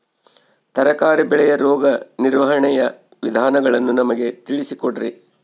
ತರಕಾರಿ ಬೆಳೆಯ ರೋಗ ನಿರ್ವಹಣೆಯ ವಿಧಾನಗಳನ್ನು ನಮಗೆ ತಿಳಿಸಿ ಕೊಡ್ರಿ?